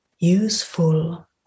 Useful